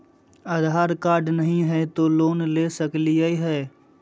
आधार card नही हय, तो लोन ले सकलिये है?